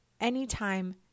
anytime